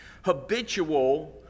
habitual